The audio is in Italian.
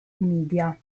media